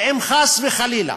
ואם חס וחלילה